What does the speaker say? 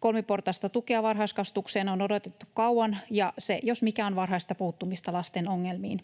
Kolmiportaista tukea varhaiskasvatukseen on odotettu kauan, ja se jos mikä on varhaista puuttumista lasten ongelmiin.